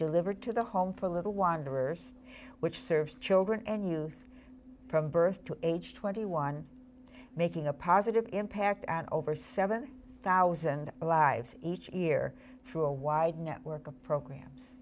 delivered to the home for a little wanderers which serves children and youth from birth to age twenty one making a positive impact and over seven thousand lives each year through a wide network of programs